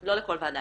--- לא לכל ועדה,